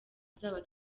tuzaba